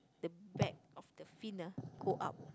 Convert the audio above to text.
the back of the fin ah go up